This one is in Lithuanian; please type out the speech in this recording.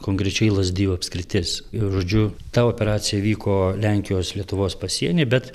konkrečiai lazdijų apskritis i žodžiu ta operacija vyko lenkijos lietuvos pasieny bet